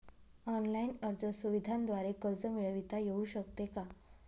Online अर्ज सुविधांद्वारे कर्ज मिळविता येऊ शकते का?